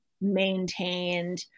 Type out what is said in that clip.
maintained